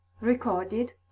Recorded